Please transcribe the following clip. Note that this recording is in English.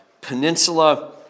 peninsula